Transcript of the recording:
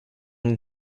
need